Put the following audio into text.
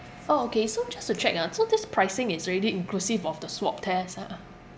orh okay so just to check ah so this pricing is already inclusive of the swab test ah